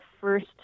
first